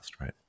right